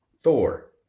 Thor